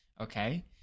okay